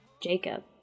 Jacob